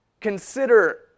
Consider